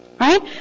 Right